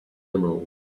emerald